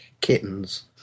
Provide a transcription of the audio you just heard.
kittens